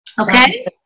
Okay